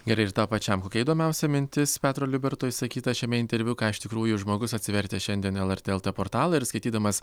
gerai ir tau pačiam kokia įdomiausia mintis petro liuberto išsakyta šiame interviu ką iš tikrųjų žmogus atsivertęs šiandien lrt lt portalą ir skaitydamas